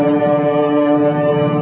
who